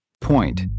Point